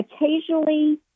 Occasionally